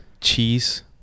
cheese